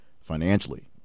financially